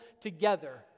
together